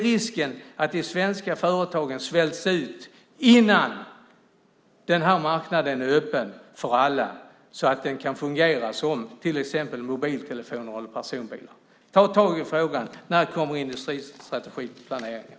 Risken är att de svenska företagen svälts ut innan den marknaden är öppen för alla så att den kan fungera som marknaderna för till exempel mobiltelefoner eller personbilar. Ta tag i frågan. När kommer industristrategiplaneringen?